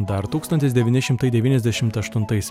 dar tūkstantis devyni šimtai devyniasdešimt aštuntais